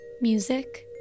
music